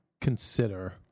consider